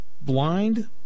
Blind